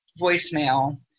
voicemail